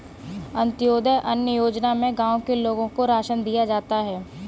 अंत्योदय अन्न योजना में गांव के लोगों को राशन दिया जाता है